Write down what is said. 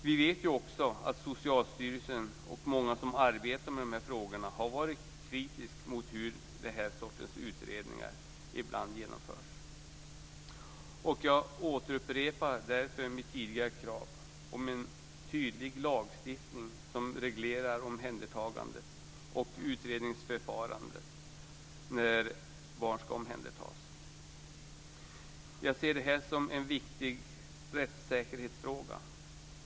Vi vet ju också att Socialstyrelsen och många som arbetar med dessa frågor har varit kritiska till hur den här sortens utredningar ibland genomförs. Jag återupprepar därför mitt tidigare krav om en tydlig lagstiftning som reglerar omhändertagandet och utredningsförfarandet när barn ska omhändertas. Jag ser detta som en viktig rättssäkerhetsfråga.